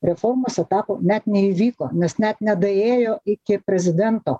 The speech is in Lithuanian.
reformos etapo net neįvyko nes net nedaėjo iki prezidento